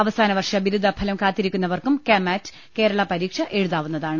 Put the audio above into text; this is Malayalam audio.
അവസാന വർഷ ബിരുദ ഫലം കാത്തിരിക്കുന്നവർക്കും കെ മാറ്റ് കേരളാ പരീക്ഷ എഴുതാവുന്നതാണ്